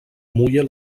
mulla